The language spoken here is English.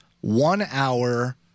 one-hour